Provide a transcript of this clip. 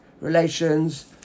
relations